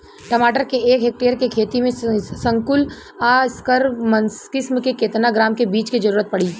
टमाटर के एक हेक्टेयर के खेती में संकुल आ संकर किश्म के केतना ग्राम के बीज के जरूरत पड़ी?